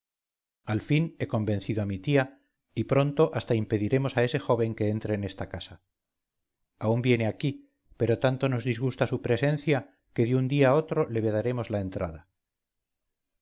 al fin he convencido a mi tía y pronto hasta impediremos a ese joven que entre en esta casa aún viene aquí pero tanto nos disgusta su presencia que de un día a otro le vedaremos la entrada